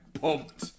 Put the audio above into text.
pumped